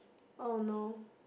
oh no